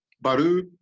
Baru